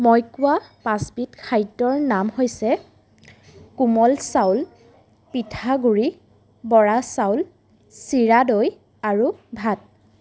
মই কোৱা পাঁচবিধমান খাদ্যৰ নাম হৈছে কোমল চাউল পিঠাগুড়ি বৰা চাউল চিৰা দৈ আৰু ভাত